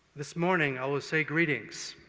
this morning, i will say greetings,